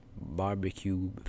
barbecue